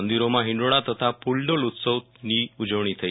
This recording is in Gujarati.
મંદિરોમાં હિંડોળા તથા કૂલડોલ ઉત્સવની ઉજવણી થઈ